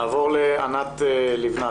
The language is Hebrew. נעבור לענת לבנת